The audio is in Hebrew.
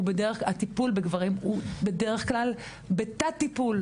הטיפול בגברים הוא בדרך כלל בתת טיפול.